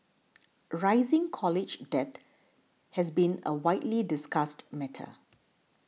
rising college debt has been a widely discussed matter